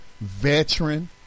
veteran